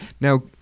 Now